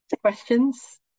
questions